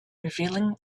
revealing